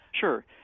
Sure